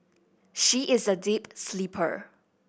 she is a deep sleeper